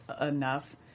enough